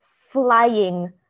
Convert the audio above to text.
flying